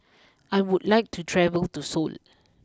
I would like to travel to Seoul